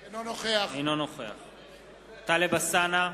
אינו נוכח טלב אלסאנע,